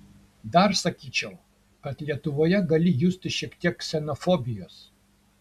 dar sakyčiau kad lietuvoje gali justi šiek tiek ksenofobijos